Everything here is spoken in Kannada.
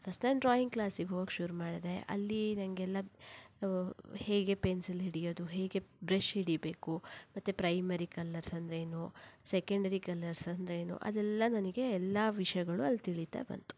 ಫಸ್ಟ್ ಟೈಮ್ ಡ್ರಾಯಿಂಗ್ ಕ್ಲಾಸಿಗೆ ಹೋಗೋಕ್ಕೆ ಶುರು ಮಾಡಿದೆ ಅಲ್ಲಿ ನನಗೆಲ್ಲ ಹೇಗೆ ಪೆನ್ಸಿಲ್ ಹಿಡಿಯೋದು ಹೇಗೆ ಬ್ರಷ್ ಹಿಡಿಬೇಕು ಮತ್ತು ಪ್ರೈಮರಿ ಕಲರ್ಸ್ ಅಂದರೇನು ಸೆಕೆಂಡರಿ ಕಲರ್ಸ್ ಅಂದರೇನು ಅದೆಲ್ಲ ನನಗೆ ಎಲ್ಲ ವಿಷಯಗಳು ಅಲ್ಲಿ ತಿಳಿತಾ ಬಂತು